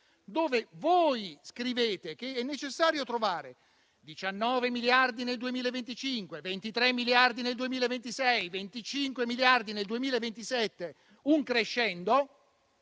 dove voi scrivete che è necessario trovare 19 miliardi nel 2025, 23 miliardi nel 2026, 25 miliardi nel 2027 - quindi un crescendo